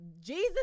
Jesus